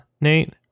Nate